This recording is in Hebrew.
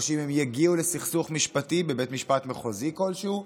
או שאם הן יגיעו לסכסוך משפטי בבית משפט מחוזי כלשהו,